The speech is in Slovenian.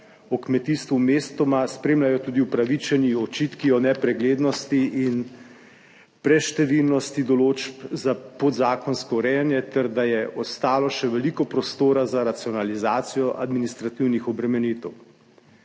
o kmetijstvu mestoma spremljajo tudi upravičeni očitki o nepreglednosti in preštevilnosti določb za podzakonsko urejanje ter da je ostalo še veliko prostora za racionalizacijo administrativnih obremenitev.